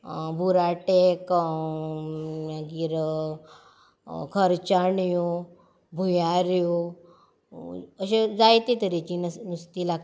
बुराटे मागीर खरचाण्यो भुंयाऱ्यो अश्यो जायतीं तरेची नुस्ती नुस्तीं लागता